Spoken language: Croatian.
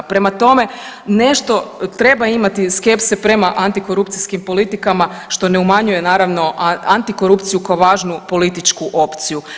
Prema tome, nešto treba imati skepse prema antikorupcijskim politikama, što ne umanjuje, naravno, antikorupciju kao važnu političku opciju.